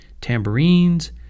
tambourines